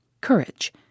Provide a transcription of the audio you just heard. Courage